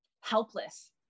helpless